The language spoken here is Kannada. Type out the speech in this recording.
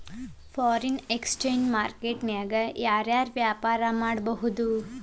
ಫಾರಿನ್ ಎಕ್ಸ್ಚೆಂಜ್ ಮಾರ್ಕೆಟ್ ನ್ಯಾಗ ಯಾರ್ ಯಾರ್ ವ್ಯಾಪಾರಾ ಮಾಡ್ಬೊದು?